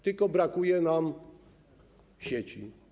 Tylko brakuje nam sieci.